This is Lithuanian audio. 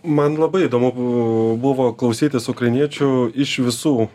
man labai įdomu bu buvo klausytis ukrainiečių iš visų